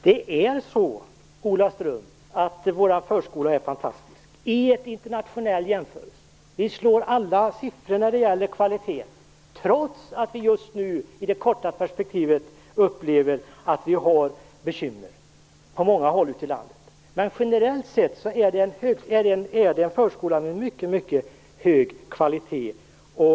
Herr talman! Vår förskola är fantastisk, Ola Ström. I en internationell jämförelse slår vi alla siffror när det gäller kvalitet, trots att vi just nu i det korta perspektivet har bekymmer på många håll ute i landet. Men generellt är det en förskola med mycket hög kvalitet.